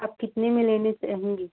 आप कितने में लेना चाहेंगी